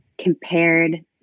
compared